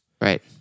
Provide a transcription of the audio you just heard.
right